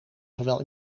zowel